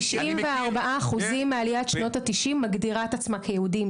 94% מעליית שנות ה-90', מגדירה את עצמה כיהודים.